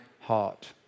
heart